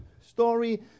story